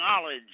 knowledge